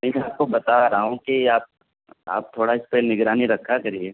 ٹھیک ہے آپ کو بتا رہا ہوں کہ آپ آپ تھوڑا اس پہ نگرانی رکھا کریے